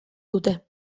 dute